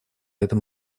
этом